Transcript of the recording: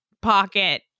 pocket